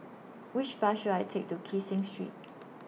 Which Bus should I Take to Kee Seng Street